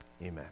Amen